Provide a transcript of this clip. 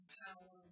power